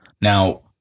Now